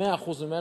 100% שלו,